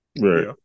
Right